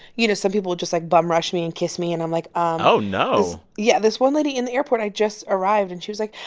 you know, some people will just like bumrush me and kiss me and i'm like, um oh no yeah, this one lady in the airport i just arrived and she was like,